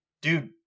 dude